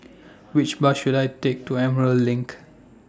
Which Bus should I Take to Emerald LINK